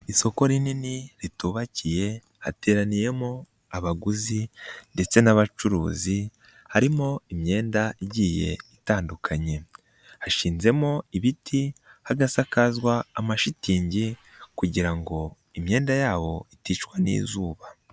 Isoko rinini ritubakiye hateraniyemo abaguzi ndetse n'abacuruzi, harimo imyenda igiye itandukanye. Hashinzemo ibiti, hagasakazwa amashitingi kugira ngo imyenda yabo iticwa n'izuba.